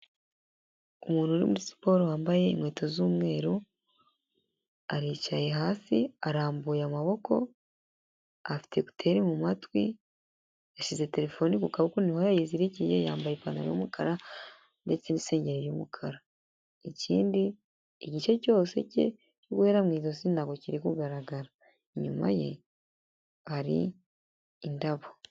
Umuntu uri muri siporo wambaye inkweto z'umweru, aricaye hasi arambuye amaboko, afite ekuteri mu matwi, yashyize telefoni ku kaboko niho yayizirikiye, yambaye ipantaro yumukara ndetse n'isengeri y'umukara. Ikindi igice cyose cye guhera mu ijosi nti kiri kugaragara; inyuma ye hari indabo.